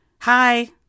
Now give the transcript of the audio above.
Hi